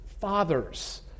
fathers